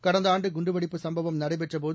கடந்த ஆண்டு குண்டுவெடிப்புச் சும்பவம் நடைபெற்றபோது